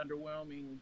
underwhelming